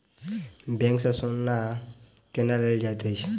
bank सँ सोना केना लेल जाइत अछि